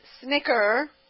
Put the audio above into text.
snicker